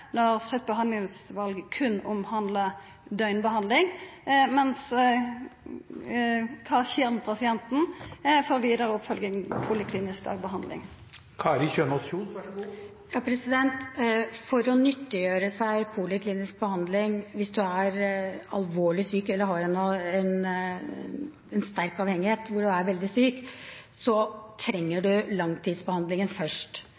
For å nyttiggjøre seg poliklinisk behandling hvis en er alvorlig syk eller har en sterk avhengighet hvor en er veldig syk, så trenger en langtidsbehandling først.